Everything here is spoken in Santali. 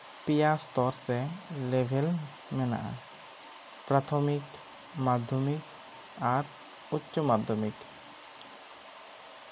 ᱯᱮᱭᱟ ᱥᱛᱚᱨ ᱥᱮ ᱞᱮᱵᱷᱮᱞ ᱢᱮᱱᱟᱜᱼᱟ ᱯᱨᱟᱛᱷᱚᱢᱤᱠ ᱢᱟᱫᱽᱫᱷᱚᱢᱤᱠ ᱟᱨ ᱩᱪᱪᱚᱼᱢᱟᱫᱽᱫᱷᱚᱢᱤᱠ